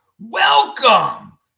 Welcome